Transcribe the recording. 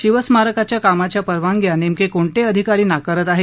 शिवस्मारकाच्या कामाच्या परवानग्या नेमके कोणते अधिकारी नाकारत आहेत